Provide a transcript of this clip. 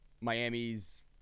Miami's